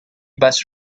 bus